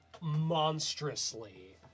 monstrously